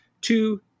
Two